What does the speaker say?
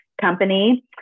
company